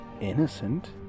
innocent